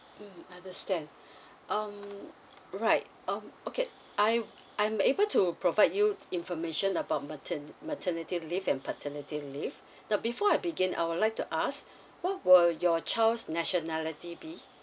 mm understand um right um okay I'm I'm able to provide you information about mertan~ maternity leave and paternity leave now before I begin I would like to ask what were your child's nationality be